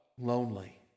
lonely